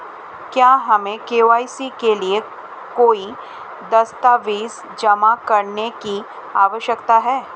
क्या हमें के.वाई.सी के लिए कोई दस्तावेज़ जमा करने की आवश्यकता है?